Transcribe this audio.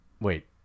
Wait